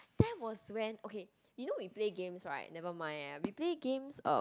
that was when okay you know we play games right never mind eh we play games(um)